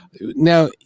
now